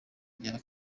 rya